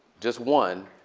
just one,